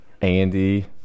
andy